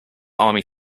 army